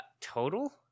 total